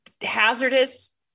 hazardous